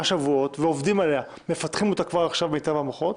שבועות ומפתחים אותה כבר עכשיו מיטב המוחות,